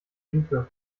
luke